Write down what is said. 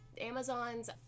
Amazon's